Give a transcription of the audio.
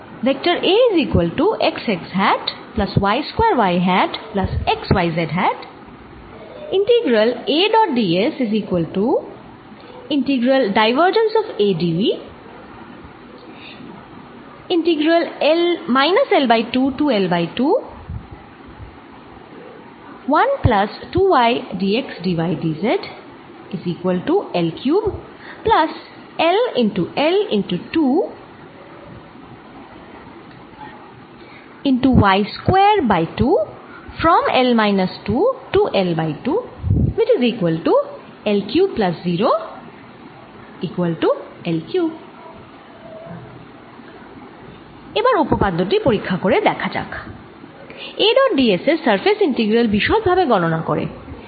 এবার উপপাদ্য টি পরীক্ষা করে দেখা যাক A ডট d s এর সারফেস ইন্টিগ্রাল বিশদভাবে গণনা করে